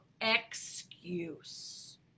excuse